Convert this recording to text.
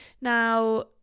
Now